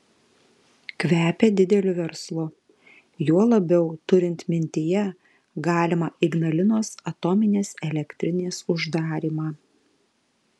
kvepia dideliu verslu juo labiau turint mintyje galimą ignalinos atominės elektrinės uždarymą